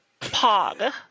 Pog